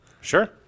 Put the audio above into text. Sure